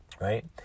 right